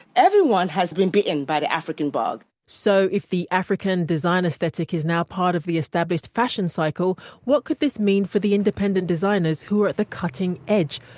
everyone has been bitten by the african bug. so if the african design aesthetic is now part of the established fashion cycle, what could this mean for the independent designers who are at the cutting edge?